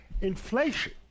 inflation